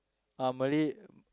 ah Malay